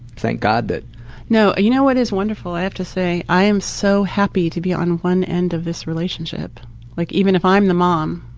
thank god that no, and you know what is wonderful, i have to say, i am so happy to be on one end of this relationship like even if i'm the mom,